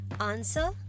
answer